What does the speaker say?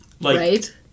Right